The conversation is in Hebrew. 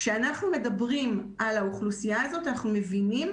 כשאנחנו מדברים על האוכלוסייה הזאת אנחנו מבינים